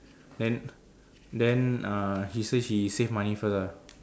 then then uh she say she save money first ah